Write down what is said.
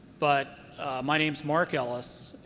but my name is mark ellis.